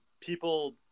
people